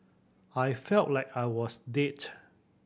I felt like I was dead